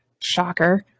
Shocker